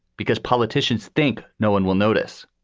because politicians think no one will notice.